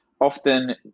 often